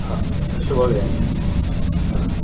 हा शुभोदयं हा